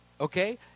okay